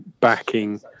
backing